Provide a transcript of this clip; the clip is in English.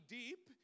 deep